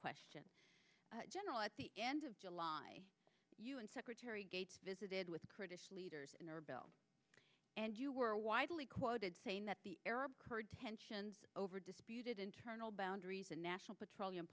question general at the end of july you and secretary gates visited with kurdish leaders in erbil and you were widely quoted saying that the arab kurd tensions over disputed internal boundaries in national petroleum